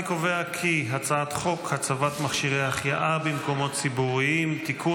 אני קובע כי הצעת חוק הצבת מכשירי החייאה במקומות ציבוריים (תיקון,